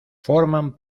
forman